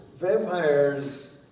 vampires